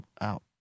out